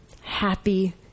Happy